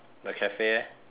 the cafe eh